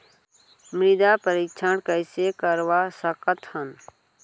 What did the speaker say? मृदा परीक्षण कइसे करवा सकत हन?